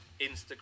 Instagram